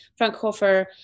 Frankhofer